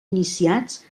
iniciats